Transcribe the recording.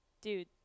dude